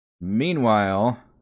Meanwhile